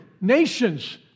nations